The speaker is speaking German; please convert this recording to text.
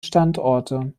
standorte